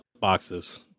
boxes